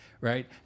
right